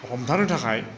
हमथानो थाखाय